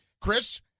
Chris